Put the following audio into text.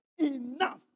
Enough